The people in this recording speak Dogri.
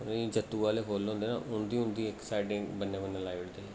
जि'नें ई जत्तू आह्ले फुल्ल होंदे हे ना उं'दी उं'दी इक साइड बन्ने बन्ने लाई ओड़दे हे